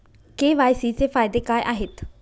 KYC चे फायदे काय आहेत?